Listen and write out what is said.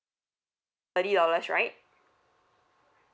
thirty dollars right